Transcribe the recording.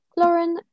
Lauren